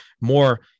more